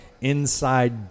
inside